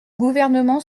gouvernement